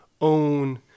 own